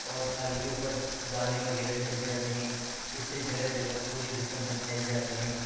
اور کھال کے اُوپر دانے وغیرہ نکل جاتے ہیں اِس سے جگہ جگہ پورے جسم پہ پھیل جاتے ہیں